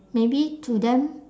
maybe to them